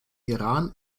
iran